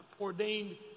ordained